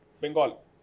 Bengal